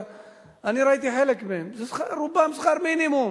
אני ראיתי חלק מהם, רובם שכר מינימום.